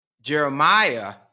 Jeremiah